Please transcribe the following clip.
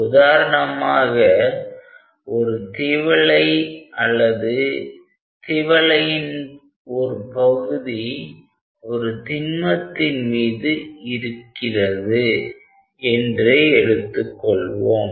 உதாரணமாக ஒரு திவலை அல்லது திவலையின் ஒரு பகுதி ஒரு திண்மத்தின் மீது இருக்கிறது என்றே எடுத்துக்கொள்வோம்